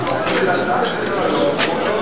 נהפוך את זה להצעה לסדר-היום כמו שמקובל,